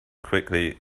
quickly